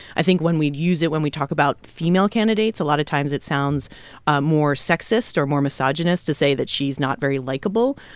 i think when we use it when we talk about female candidates, a lot of times, it sounds ah more sexist or more misogynist to say that she's not very likeable.